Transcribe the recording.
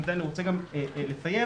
פה אני רוצה לציין,